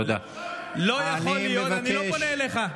לא יכול להיות, לא יכול להיות שזה יימשך ככה.